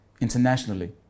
internationally